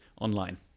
online